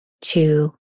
two